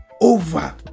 over